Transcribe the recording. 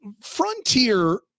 frontier